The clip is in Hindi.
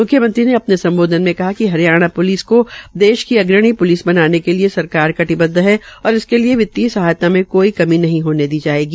मुख्यमंत्री ने अपने सम्बोधन में कहा कि हरियाणा प्लिस को देश की अग्रणी प्लिस बनाने के लिए सरकार के विरूदव है और इसके लिये वित्तीय सहायता में कोई कमी नहीं होने दी जायेगी